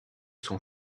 son